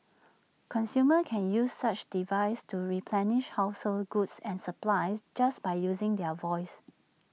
consumers can use such devices to replenish household goods and supplies just by using their voice